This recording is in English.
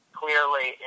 clearly